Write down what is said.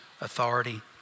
authority